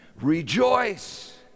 rejoice